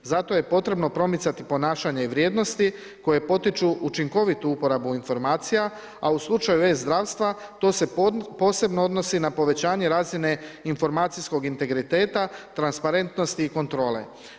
Zato je potrebno promicati ponašanje i vrijednosti koje potiču učinkovitu uporabu informacija, a u slučaju e zdravstva to se posebno odnosi na povećanje razine informacijskog integriteta, transparentnosti i kontrole.